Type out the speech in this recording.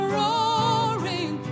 roaring